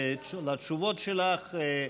לתשובות שלך.